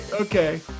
Okay